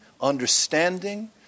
understanding